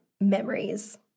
memories